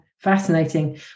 fascinating